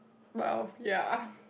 well ya